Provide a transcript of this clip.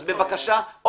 אז בבקשה.